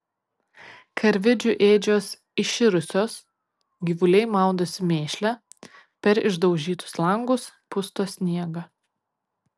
karvidžių ėdžios iširusios gyvuliai maudosi mėšle per išdaužytus langus pusto sniegą